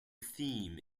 theme